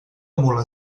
mula